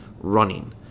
running